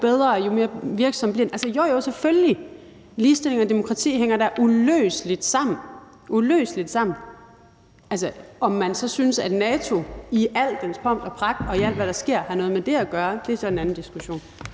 bedre og jo mere virksomt bliver det – jo, jo, selvfølgelig. Ligestilling og demokrati hænger da uløseligt sammen. Om man så synes, at NATO i al dets pomp og pragt og i alt, hvad der sker, har noget med det at gøre, er så en anden diskussion.